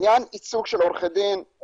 אני רוצה שניגע בשירותים הדיגיטליים.